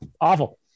Awful